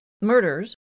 murders